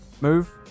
move